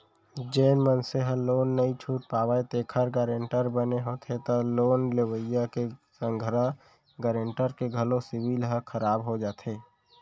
जेन मनसे ह लोन नइ छूट पावय तेखर गारेंटर बने होथे त लोन लेवइया के संघरा गारेंटर के घलो सिविल ह खराब हो जाथे